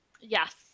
Yes